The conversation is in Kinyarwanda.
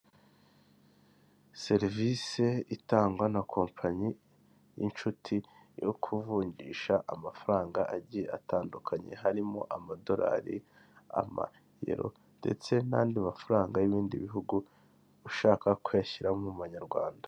Serivisi itangwa na kompanyi y'inshuti yo kuvungisha amafaranga agiye atandukanye, harimo amadolari, amayero ndetse n'andi mafaranga y'ibindi bihugu ushaka kuyashyira mu manyarwanda.